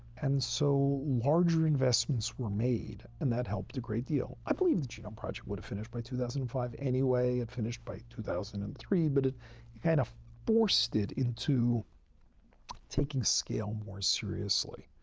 and so larger investments were made and that helped a great deal. i believe the genome project would have finished by two thousand and five anyway. it finished by two thousand and three, but it kind of forced it into taking scale more seriously.